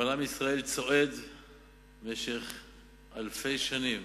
אבל עם ישראל צועד אלפי שנים